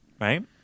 right